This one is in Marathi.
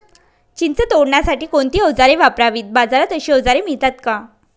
चिंच तोडण्यासाठी कोणती औजारे वापरावीत? बाजारात अशी औजारे मिळतात का?